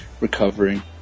recovering